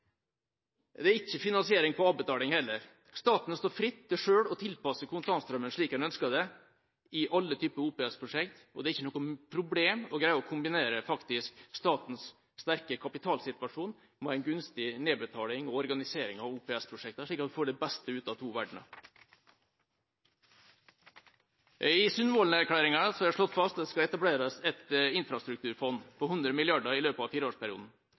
Det er ikke finansiering på avbetaling heller. Staten står fritt til selv å tilpasse kontantstrømmen slik en ønsker det i alle typer OPS-prosjekter, og det er ikke noe problem å greie å kombinere statens sterke kapitalsituasjon med en gunstig nedbetaling og organisering av OPS-prosjekter, slik at vi får det beste ut av to verdener. I Sundvolden-erklæringen er det slått fast at det skal etableres et infrastrukturfond på 100 mrd. kr i løpet av fireårsperioden.